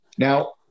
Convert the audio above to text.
Now